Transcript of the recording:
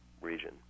region